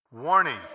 Warning